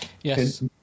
Yes